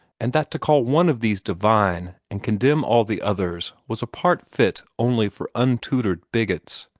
and that to call one of these divine and condemn all the others was a part fit only for untutored bigots.